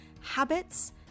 habits